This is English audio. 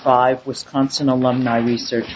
six wisconsin alumni research